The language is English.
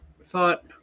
thought